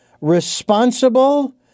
responsible